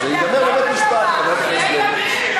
אז זה ייגמר בבית-משפט, חברת הכנסת לוי.